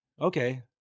Okay